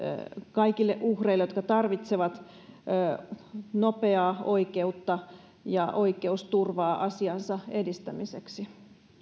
kaikille uhreille jotka tarvitsevat nopeaa oikeutta ja oikeusturvaa asiansa edistämiseksi